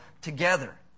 together